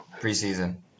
preseason